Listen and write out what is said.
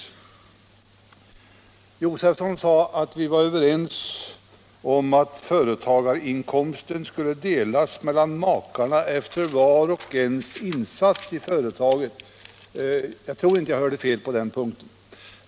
Herr Josefson sade att vi var överens om att företagarinkomsten skulle delas mellan makarna efter vars och ens insats i företaget; jag tror inte att jag hörde fel på den punkten.